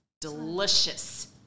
delicious